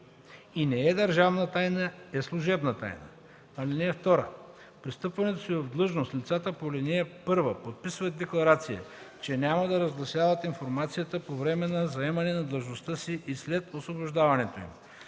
и не е държавна тайна, е служебна тайна. (2) При встъпването си в длъжност лицата по ал. 1 подписват декларация, че няма да разгласяват информацията по време на заемане на длъжността и след освобождаването им.